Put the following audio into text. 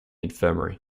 infirmary